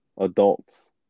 adults